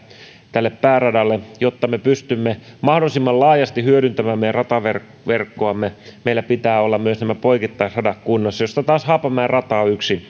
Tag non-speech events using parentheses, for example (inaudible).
tälle pääradalle jotta me pystymme mahdollisimman laajasti hyödyntämään meidän rataverkkoamme meillä pitää olla myös nämä poikittaisradat kunnossa joista taas haapamäen rata on yksi (unintelligible)